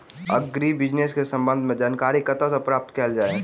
Agri business केँ संबंध मे जानकारी कतह सऽ प्राप्त कैल जाए?